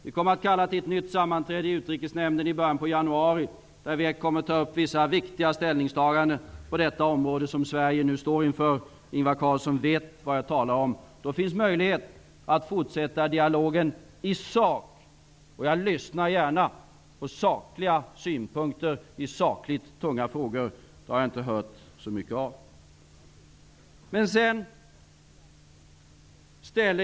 Vi kommer att kalla till ett nytt sammanträde i Utrikesnämnden i början av januari, och vi kommer då att ta upp vissa viktiga ställningstaganden i de frågor som Sverige nu står inför. Ingvar Carlsson vet vad jag talar om. Då finns möjlighet att fortsätta dialogen i sak. Jag lyssnar gärna på sakliga synpunkter i sakligt tunga frågor. Det har jag hittills inte hört så mycket av.